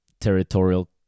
territorial